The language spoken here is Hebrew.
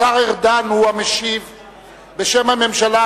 רבותי, אנחנו ממשיכים.